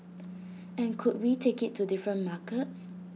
and could we take IT to different markets